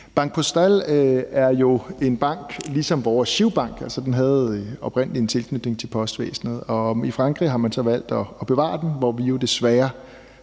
Banque Postale er jo en bank ligesom vores GiroBank. Den havde altså oprindelig en tilknytning til postvæsenet, og i Frankrig har man så valgt at bevare den, hvor vi jo desværre